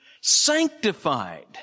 sanctified